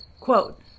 quote